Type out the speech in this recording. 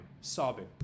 sobbing